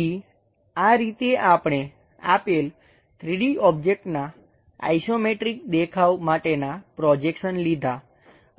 તેથી આ રીતે આપણે આપેલ 3D ઓબ્જેક્ટ્સનાં આઈસોમેટ્રિક દેખાવ માટેના પ્રોજેક્શન લીધાં